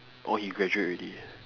orh he graduate ready